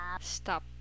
Stop